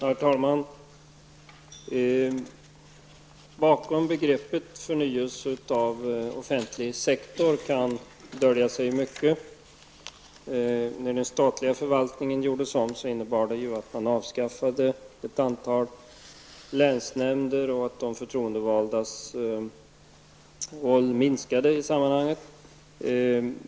Herr talman! Bakom begreppet förnyelse av offentliga sektorn kan dölja sig mycket. När den statliga förvaltningen gjordes om innebar det att man avskaffade ett antal länsnämnder och att de förtroendevaldas roll minskade i sammanhanget.